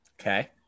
Okay